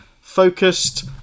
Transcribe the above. focused